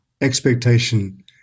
expectation